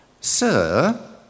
Sir